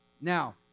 Now